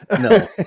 no